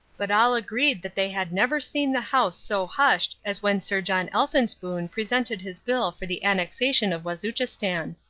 but all agreed that they had never seen the house so hushed as when sir john elphinspoon presented his bill for the annexation of wazuchistan.